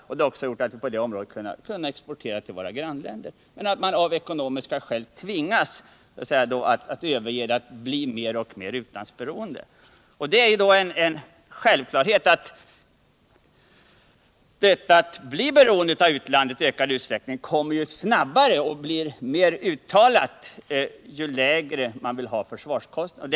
Det har också gjort att vi på det området har kunnat exportera till våra grannländer. Nu kan vi dock av ekonomiska skäl tvingas bli mer utlandsberoende. Det är en självklarhet att beroendet av utlandet kommer snabbare och blir mer uttalat ju lägre man vill ha försvarskostnaderna.